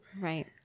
right